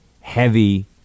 heavy